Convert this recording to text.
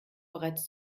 bereits